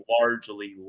largely